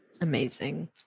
Amazing